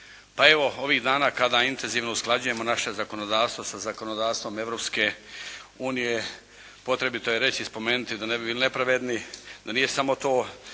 Pa evo ovih dana kada intenzivno usklađujemo naše zakonodavstvo sa zakonodavstvom Europske unije potrebito je reći i spomenuti da ne bi bili nepravedni, da nije samo to